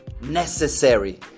necessary